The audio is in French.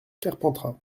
carpentras